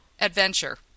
Adventure